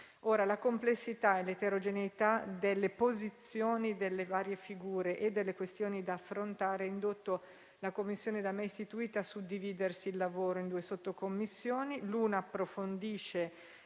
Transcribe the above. Ora, la complessità e l'eterogeneità delle posizioni delle varie figure e delle questioni da affrontare ha indotto la commissione da me istituita a suddividersi il lavoro in due sottocommissioni: